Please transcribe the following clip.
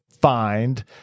find